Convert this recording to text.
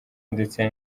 ndetse